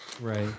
right